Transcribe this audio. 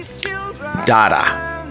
Dada